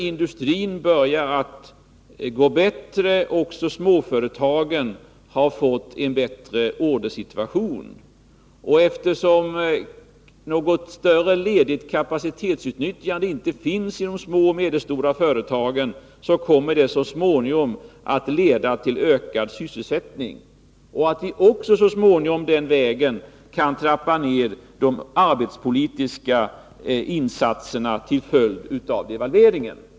Industrin börjar att gå bättre. Också småföretagen har fått en bättre ordersituation. Det förhållandet att det inte i någon större utsträckning finns outnyttjad kapacitet i de små och medelstora företagen kommer så småningom att leda till ökad sysselsättning. Så småningom kommer vi alltså till följd av devalveringen att den vägen kunna trappa ner de arbetsmarknadspolitiska insatserna.